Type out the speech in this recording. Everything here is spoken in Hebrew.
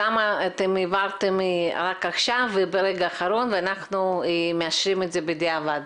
למה אתם העברתם רק עכשיו וברגע האחרון ואנחנו מאשרים את זה בדיעבד?